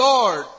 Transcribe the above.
Lord